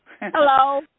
Hello